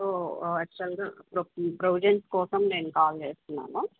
యాక్చువల్గా ప ప్రొవిజన్స్ కోసం నేను కాల్ చేస్తున్నాను